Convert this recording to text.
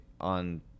on